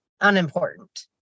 unimportant